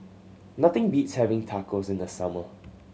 nothing beats having Tacos in the summer